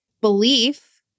belief